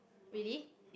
really